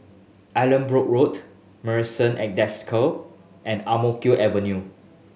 Allanbrooke Road Marrison at Desker and Ang Mo Kio Avenue